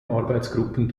arbeitsgruppen